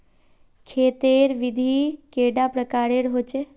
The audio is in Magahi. खेत तेर विधि कैडा प्रकारेर होचे?